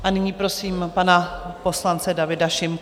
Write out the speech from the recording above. A nyní prosím pana poslance Davida Šimka.